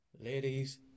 Ladies